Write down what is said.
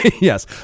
yes